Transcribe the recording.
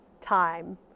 time